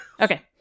Okay